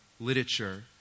literature